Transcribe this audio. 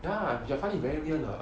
ya I find it very weird lah